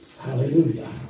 Hallelujah